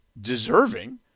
deserving